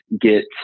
get